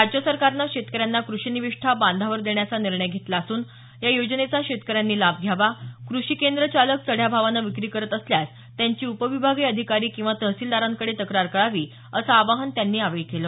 राज्य सरकारनं शेतकऱ्यांना कृषी निविष्ठा बांधावर देण्याचा निर्णय घेतला असून या योजनेचा शेतकऱ्यांनी लाभ घ्यावा कृषी केंद्र चालक चढ्या भावानं विक्री करत असल्यास त्यांची उपविभागीय अधिकारी किंवा तहसीलदार यांच्याकडे तक्रार करावी असं आवाहन त्यांनी यावेळी केल